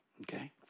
Okay